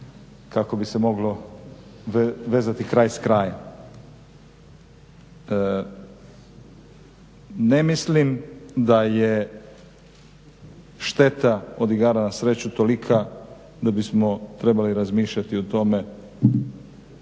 kako bi se moglo vezati kraj s krajem. Ne mislim da je šteta od igara na sreću tolika da bismo trebali razmišljati o tome